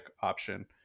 option